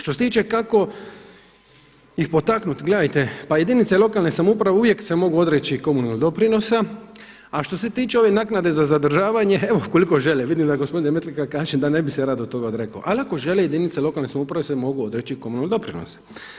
Što se tiče kako ih potaknuti, gledajte, pa jedinica lokalne samouprave uvijek se mogu odreći komunalnog doprinosa, a što se tiče ove naknade za zadržavanje, ukoliko žele vidim da gospodin Metlika kaže da ne bi se rado toga odrekao, ali ako žele jedinica lokalne samouprave se mogu odreći komunalnog doprinosa.